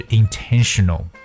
intentional